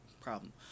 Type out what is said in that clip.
problem